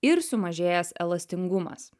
ir sumažėjęs elastingumas